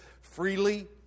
freely